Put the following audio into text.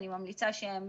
אני ממליצה שהם